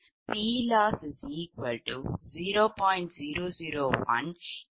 029 7027